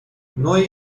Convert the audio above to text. نوعی